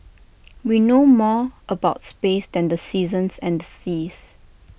we know more about space than the seasons and the seas